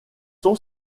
sont